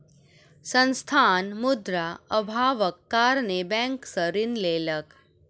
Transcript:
संस्थान, मुद्रा अभावक कारणेँ बैंक सॅ ऋण लेलकै